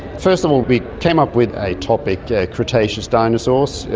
first of all we came up with a topic, cretaceous dinosaurs.